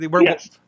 Yes